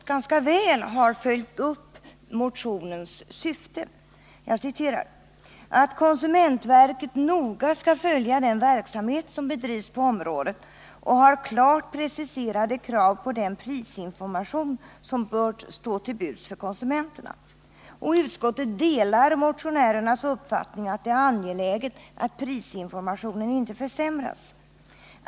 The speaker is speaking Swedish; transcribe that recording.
I betänkandet sägs att det har klargjorts ”att konsumentverket noga följer den försöksverksamhet som bedrivs på området och har klart preciserade krav på den prisinformation som bör stå till buds för konsumenterna. Utskottet delar motionärernas uppfattning att det är angeläget att prisinformationen inte försämras.